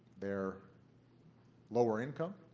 they're lower income